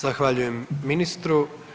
Zahvaljujem ministru.